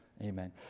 Amen